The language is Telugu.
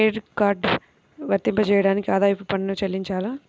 క్రెడిట్ కార్డ్ వర్తింపజేయడానికి ఆదాయపు పన్ను చెల్లించాలా?